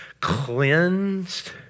cleansed